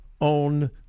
own